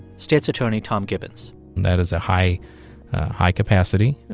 state's attorney tom gibbons that is a high high capacity,